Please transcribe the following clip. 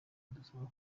adusaba